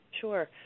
Sure